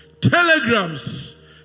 telegrams